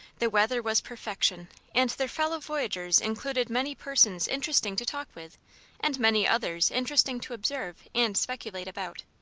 the weather was perfection and their fellow-voyagers included many persons interesting to talk with and many others interesting to observe and speculate about.